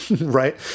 Right